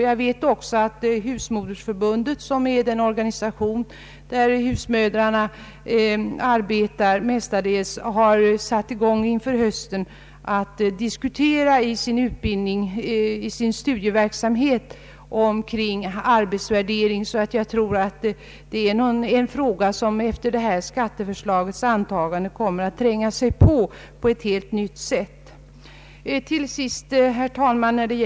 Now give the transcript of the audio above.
Jag vet att Husmodersförbundet, som omfattar arbetande husmödrar, inför hösten har tagit upp i sin studieverksamhet frågan om arbetsvärdering av hemarbete, en fråga som efter detta skatteförslags antagande kommer att bli aktuell på ett helt nytt sätt. Till sist. herr talman, innebär den Ang.